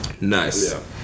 Nice